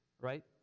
Right